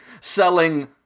selling